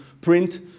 print